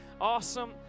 awesome